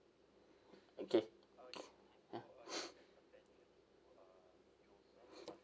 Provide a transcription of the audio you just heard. okay ya